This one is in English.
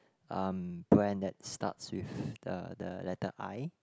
um brand that starts with the the letter I